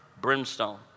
brimstone